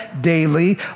daily